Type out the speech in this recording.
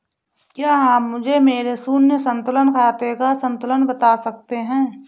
क्या आप मुझे मेरे शून्य संतुलन खाते का संतुलन बता सकते हैं?